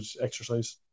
exercise